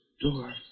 door